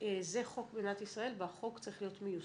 זה חוק במדינת ישראל והחוק צריך להיות מיושם.